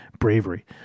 bravery